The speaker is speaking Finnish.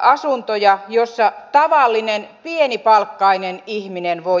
asuntoja joissa tavallinen pienipalkkainen ihminen voi asua